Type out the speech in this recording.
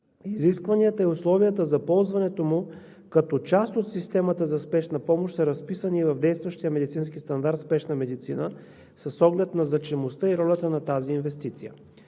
Изискванията и условията за ползването му като част от системата за спешна помощ са разписани и в действащия медицински стандарт „Спешна медицина“. С оглед на значимостта и ролята на тази инвестиция